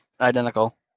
identical